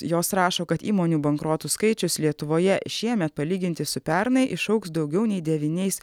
jos rašo kad įmonių bankrotų skaičius lietuvoje šiemet palyginti su pernai išaugs daugiau nei devyniais